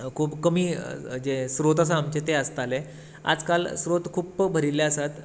खूब कमी जे स्त्रोत आसा आमचे ते आसताले कारण आजकाल स्त्रोत खूब भरिल्ले आसात